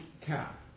cap